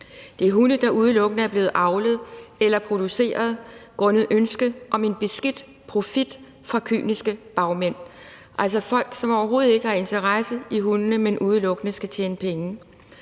Det er hunde, der udelukkende er blevet avlet eller produceret grundet ønske om en beskidt profit fra kyniske bagmænd – altså folk, som overhovedet ikke har interesse i hundene, men udelukkende skal tjene penge.